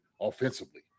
offensively